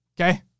okay